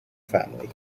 family